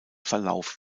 verlauf